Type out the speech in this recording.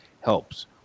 helps